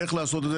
איך לעשות את זה.